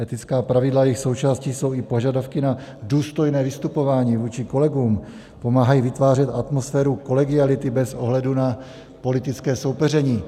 Etická pravidla, jejichž součástí jsou i požadavky na důstojné vystupování vůči kolegům, pomáhají vytvářet atmosféru kolegiality bez ohledu na politické soupeření.